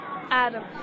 Adam